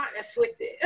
afflicted